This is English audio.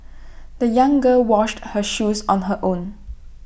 the young girl washed her shoes on her own